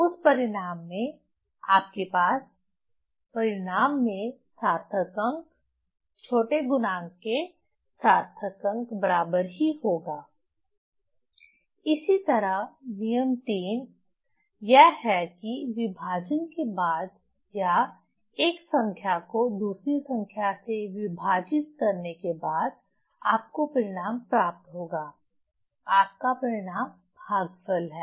उस परिणाम में आपके पास परिणाम में सार्थक अंक छोटे गुणांक के सार्थक अंक के बराबर ही होगा इसी तरह नियम 3 यह है कि विभाजन के बाद या एक संख्या को दूसरी संख्या से विभाजित करने के बाद आपको परिणाम प्राप्त होगा आपका परिणाम भागफल है